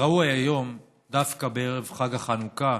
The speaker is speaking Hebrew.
ראוי היום, דווקא בערב חג החנוכה,